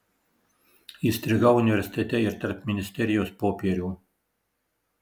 įstrigau universitete ir tarp ministerijos popierių